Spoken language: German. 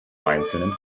einzelnen